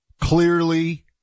clearly